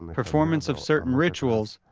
performance of certain rituals